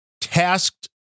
tasked